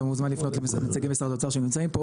אתה מוזמן לפנות לנציגי משרד האוצר שנמצאים פה,